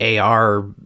AR